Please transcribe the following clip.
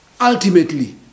Ultimately